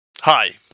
Hi